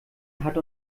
hat